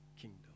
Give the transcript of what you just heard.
kingdom